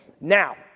now